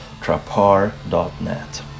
Trapar.net